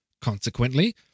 Consequently